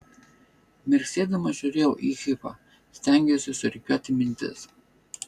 mirksėdama žiūrėjau į hifą stengiausi surikiuoti mintis